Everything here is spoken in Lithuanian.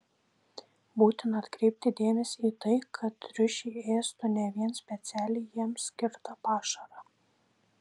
būtina atkreipti dėmesį į tai kad triušiai ėstų ne vien specialiai jiems skirtą pašarą